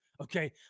okay